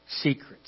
secrets